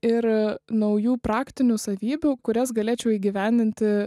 ir naujų praktinių savybių kurias galėčiau įgyvendinti